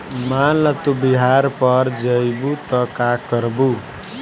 मान ल तू बिहार पड़ जइबू त का करबू